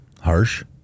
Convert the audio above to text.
Harsh